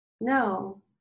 no